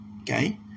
Okay